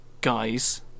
guys